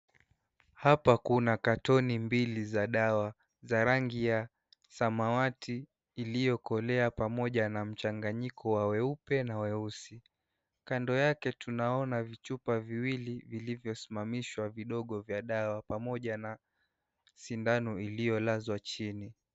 Hapa kuna carton mbili za dawa, za rangi ya samawati iliyokolea pamoja na mchanganyiko wa weupe na weusi. Kando yake tunaona vichupa viwili vilivyosimamishwa, vidogo vya dawa, pamoja na sindano iliyolazwa chini.